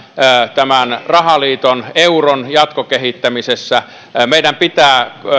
tämän rahaliiton euron jatkokehittämisessä meidän pitää